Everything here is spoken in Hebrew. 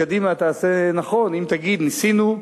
קדימה תעשה נכון אם תגיד: ניסינו,